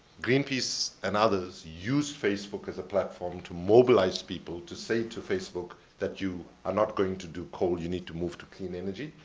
greenpeace and others used facebook as a platform to mobilize people to stay to facebook that you are not going to to coal you need to move to clean energy.